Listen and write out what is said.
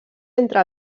entre